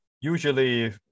usually